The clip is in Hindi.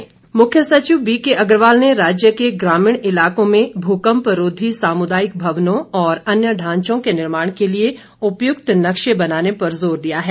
मुख्य सचिव मुख्य सचिव बीकेअग्रवाल ने राज्य के ग्रामीण इलाकों में भूकंपरोधी सामुदायिक भवनों और अन्य ढांचों के निर्माण के लिए उपयुक्त नक्शे बनाने पर ज़ोर दिया है